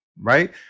right